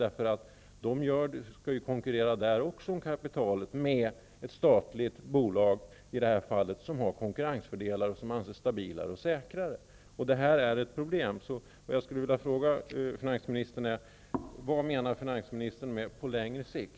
De skall ju där också konkurrera om kapitalet med ett statligt bolag som i det här fallet har konkurrensfördelar och som anses stabilare och säkrare. Detta är ett problem. Jag skulle vilja fråga vad finansministern menar med ''på längre sikt''.